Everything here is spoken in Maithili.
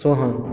सोहन